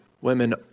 women